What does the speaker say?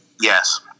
Yes